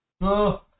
no